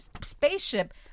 spaceship